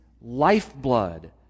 lifeblood